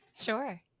sure